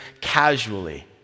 casually